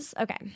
Okay